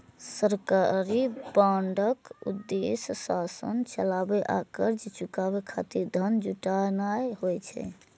सरकारी बांडक उद्देश्य शासन चलाबै आ कर्ज चुकाबै खातिर धन जुटेनाय होइ छै